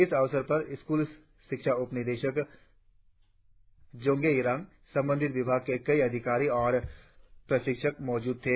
इस अवसर पर स्कूली शिक्षा उपनिदेशक जोंगे यिरांग संबंधित विभाग के कई अधिकारी और प्रशिक्षक मौजूद थे